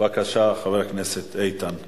בבקשה, חבר הכנסת איתן כבל.